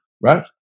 Right